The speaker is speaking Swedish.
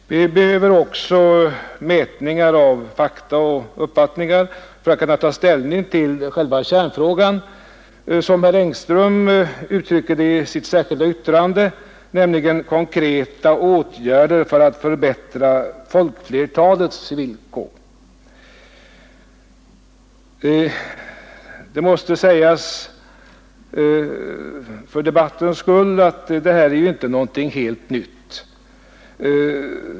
Vi behöver också mätningar av fakta och uppfattningar för att kunna ta ställning till själva kärnfrågan, dvs. konkreta åtgärder för att förbättra folkflertalets villkor, som herr Engström uttrycker det i sitt särskilda yttrande. Det måste sägas för debattens skull att det här inte är någonting helt nytt.